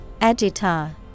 Agita